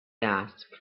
asked